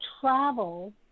travel